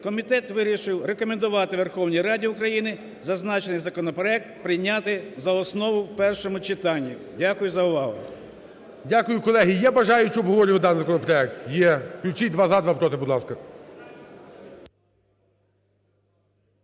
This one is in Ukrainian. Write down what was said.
комітет вирішив рекомендувати Верховній Раді України зазначений законопроект прийняти за основу в першому читанні. Дякую за увагу. ГОЛОВУЮЧИЙ. Дякую. Колеги, є бажаючі обговорювати даний законопроект? Є. Включіть два – за, два – проти, будь ласка.